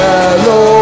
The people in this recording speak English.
Hello